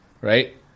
Right